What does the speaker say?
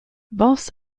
voss